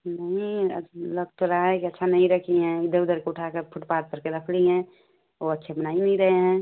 नहीं अब लग तो रहा है कि अच्छा नहीं रखी हैं इधर उधर के उठा के आप फुटपाथ पर के रख ली हैं ओ अच्छा बना ही नहीं रहे हैं